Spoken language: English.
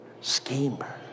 Schemer